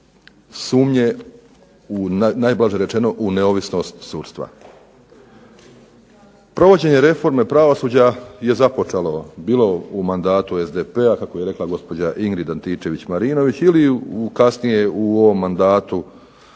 sumnje, najblaže rečeno, u neovisnost sudstva. Provođenje reforme pravosuđa je započelo bilo u mandatu SDP-a, kako je rekla gospođa Ingrid Antičević-Marinović, ili kasnije u ovom mandatu HDZ-a